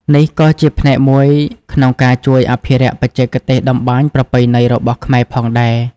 នេះក៏ជាផ្នែកមួយក្នុងការជួយអភិរក្សបច្ចេកទេសតម្បាញប្រពៃណីរបស់ខ្មែរផងដែរ ។